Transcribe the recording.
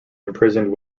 imprisoned